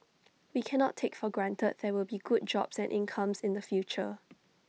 we cannot take for granted there will be good jobs and incomes in the future